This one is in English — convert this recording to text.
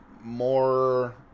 more